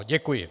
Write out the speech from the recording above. Děkuji.